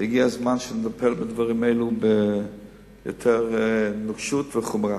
הגיע הזמן שנטפל בדברים הללו ביתר נוקשות וחומרה.